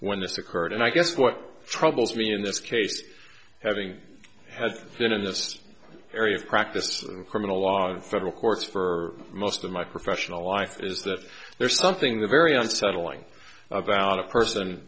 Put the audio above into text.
when this occurred and i guess what troubles me in this case having has been in this area of practice in criminal law in federal courts for most of my professional life is that there's something very unsettling about a person